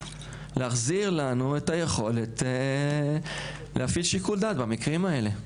להחזיר לנו את היכולת להפעיל שיקול דעת במקרים האלה.